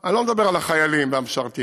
אני לא מדבר על החיילים והמשרתים,